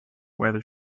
whether